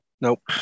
Nope